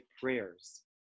prayers